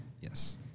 Yes